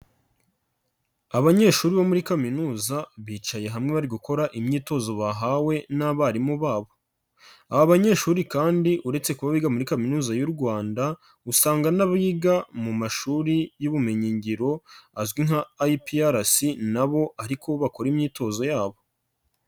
Abanyeshuri bo muri kaminuza bicaye hamwe bari gukora imyitozo bahawe n'abarimu babo. Aba banyeshuri kandi, uretse kuba biga muri kaminuza y’u Rwanda, usanga n’abiga mu mashuri y’ubumenyi ngiro, azwi nka IPRC, nabo ariko bakora imyitozo yabo.